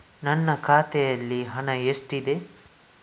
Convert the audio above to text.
ನನ್ನ ಖಾತೆಯಲ್ಲಿ ಹಣ ಎಷ್ಟಿದೆ?